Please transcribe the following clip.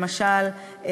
למשל,